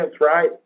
right